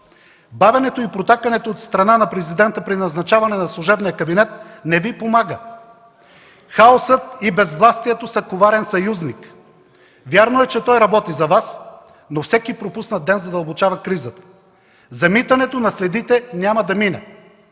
Бавенето и протакането от страна на Президента при назначаване на служебния кабинет не Ви помага. Хаосът и безвластието са коварен съюзник. Вярно е, че той работи за Вас, но всеки пропуснат ден задълбочава кризата. Замитането на следите няма да мине!